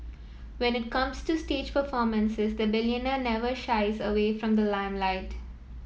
when it comes to stage performances the billionaire never shies away from the limelight